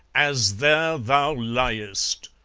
as there thou liest!